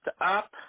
up